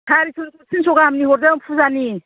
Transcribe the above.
सारिस'निखौ थिनस' गाहामनि हरदों फुजानि